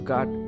God